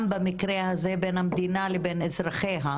גם אם במקרה הזה בין המדינה לבין אזרחיה,